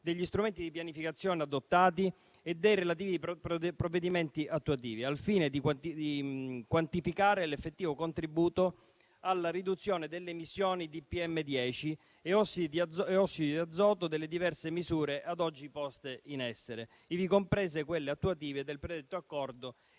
degli strumenti di pianificazione adottati e dei relativi provvedimenti attuativi, al fine di quantificare l'effettivo contributo alla riduzione delle emissioni di PM10 e ossidi di azoto delle diverse misure ad oggi poste in essere, ivi comprese quelle attuative del predetto accordo